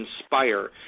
inspire